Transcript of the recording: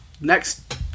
next